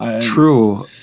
True